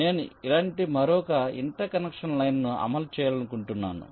నేను ఇలాంటి మరొక ఇంటర్ కనెక్షన్ లైన్ను అమలు చేయాలనుకుంటున్నాను